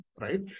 right